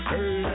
Hey